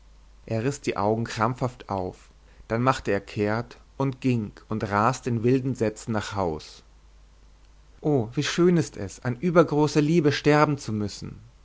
er riß die augen krampfhaft auf dann machte er kehrt und ging und raste in wilden sätzen nach haus o wie schön ist es an übergroßer liebe sterben zu müssen